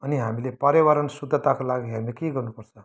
अनि हामीले पर्यावरण शुद्धताको लागि हामीले के गर्नु पर्छ